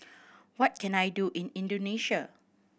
what can I do in Indonesia